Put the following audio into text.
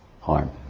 harm